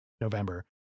November